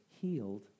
healed